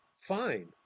Fine